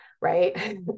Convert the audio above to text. right